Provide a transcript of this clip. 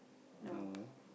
no